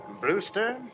Brewster